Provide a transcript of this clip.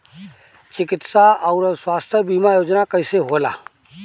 चिकित्सा आऊर स्वास्थ्य बीमा योजना कैसे होला?